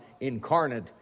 incarnate